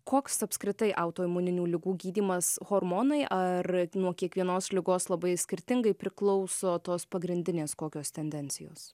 koks apskritai autoimuninių ligų gydymas hormonai ar nuo kiekvienos ligos labai skirtingai priklauso tos pagrindinės kokios tendencijos